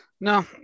No